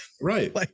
Right